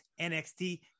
NXT